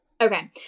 Okay